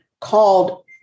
called